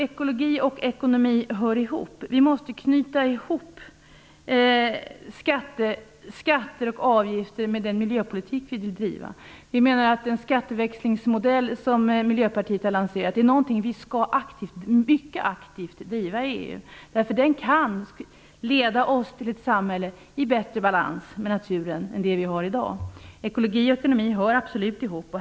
Ekologi och ekonomi hör ihop. Vi måste knyta ihop skatter och avgifter med den miljöpolitik vi vill driva. Vi menar att den skatteväxlingsmodell som Miljöpartiet har lanserat är någonting som vi skall driva mycket aktivt i EU. Den kan leda oss till ett samhälle som är i bättre balans med naturen än det vi har i dag. Ekologi och ekonomi hör absolut ihop.